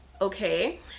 Okay